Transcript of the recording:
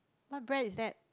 what brand is that